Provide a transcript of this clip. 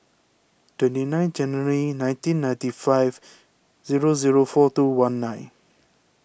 twenty nine January nineteen ninety five zero zero four two one nine